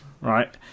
Right